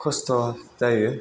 खस्थ' जायो